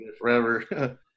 forever